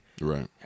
Right